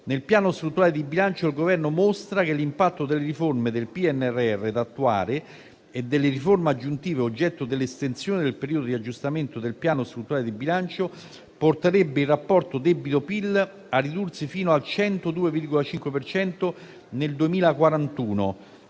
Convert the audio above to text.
nel Piano strutturale di bilancio il Governo mostra che l'impatto delle riforme del PNRR da attuare e delle riforme aggiuntive oggetto dell'estensione del periodo di aggiustamento del Piano strutturale di bilancio porterebbe il rapporto debito-PIL a ridursi fino al 102,5 per cento